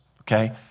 okay